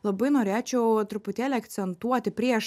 labai norėčiau truputėlį akcentuoti prieš